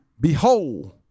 Behold